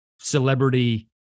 celebrity